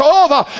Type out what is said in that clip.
over